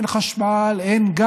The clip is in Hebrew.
אין חשמל,